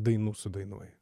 dainų sudainuoji